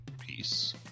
peace